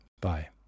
Bye